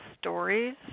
stories